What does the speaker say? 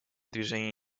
движения